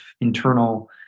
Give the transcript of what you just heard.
internal